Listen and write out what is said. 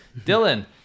Dylan